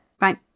right